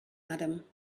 madam